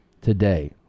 today